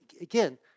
again